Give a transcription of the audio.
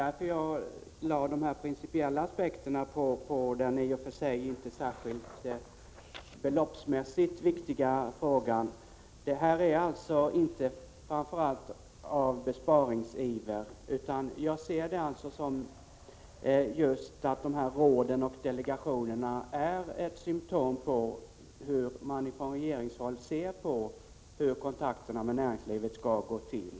Till Wivi-Anne Radesjö vill jag säga att det inte är besparingsiver som gör att jag talat för reservation 1, utan jag har lagt principiella aspekter på den beloppsmässigt i och för sig inte särskilt viktiga frågan om de många råden och delegationerna. Jag ser dem som symtom på hur man från regeringshåll anser att kontakterna med näringslivet skall gå till.